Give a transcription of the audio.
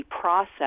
process